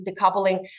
decoupling